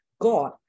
God